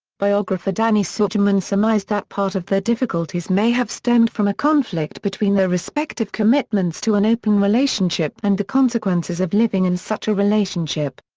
biographer danny sugerman surmised that part of their difficulties may have stemmed from a conflict between their respective commitments to an open relationship and the consequences of living in such a relationship.